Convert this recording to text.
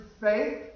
faith